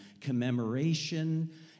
commemoration